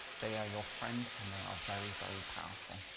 they are your friend and they are very very powerful.